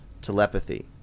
telepathy